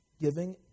Giving